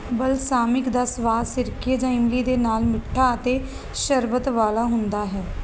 balsamic ਦਾ ਸਵਾਦ ਸਿਰਕੇ ਜਾਂ ਇਮਲੀ ਦੇ ਨਾਲ ਮਿੱਠਾ ਅਤੇ ਸ਼ਰਬਤ ਵਾਲਾ ਹੁੰਦਾ ਹੈ